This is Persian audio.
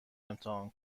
امتحان